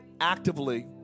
actively